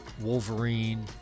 wolverine